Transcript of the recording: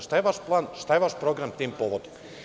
Šta je vaš plan, šta je vaš program tim povodom?